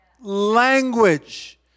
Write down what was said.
Language